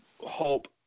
hope